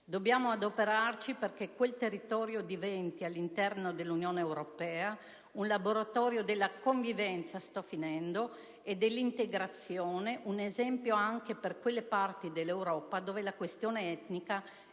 Dobbiamo adoperarci perché quel territorio diventi all'interno dell'Unione europea un laboratorio della convivenza e dell'integrazione, un esempio anche per quelle parti dell'Europa, dove la questione etnica è ancora